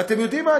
ואתם יודעים מה,